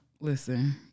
Listen